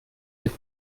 mit